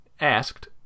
asked